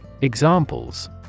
Examples